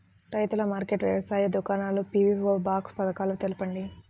రైతుల మార్కెట్లు, వ్యవసాయ దుకాణాలు, పీ.వీ.ఓ బాక్స్ పథకాలు తెలుపండి?